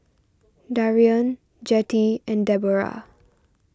Darrion Jettie and Debroah